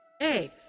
eggs